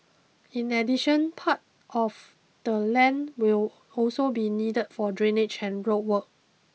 in addition part of the land will also be needed for drainage and road work